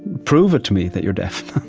prove it to me, that you're deaf.